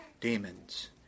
demons